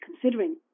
considering